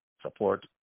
support